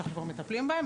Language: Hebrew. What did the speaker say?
שאנחנו כבר מטפלים בהם.